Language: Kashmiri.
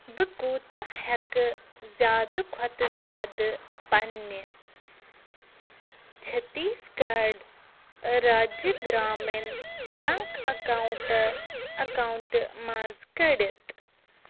بہٕ کوٗتاہ ہٮ۪کہٕ زِیادٕ کھۄتہٕ زِیادٕ پنٛنہِ Chhattisgarh Rajya Gramin bank account account منٛز کٔڑِتھ